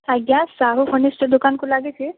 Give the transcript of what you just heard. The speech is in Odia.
ଆଜ୍ଞା ସାହୁ ଫର୍ଣ୍ଣିଚର ଦୋକାନକୁ ଲାଗିଛି